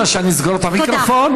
את רוצה שאני אסגור את המיקרופון?